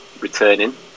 returning